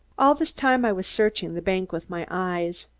all this time i was searching the bank with my eyes.